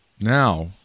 now